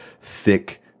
thick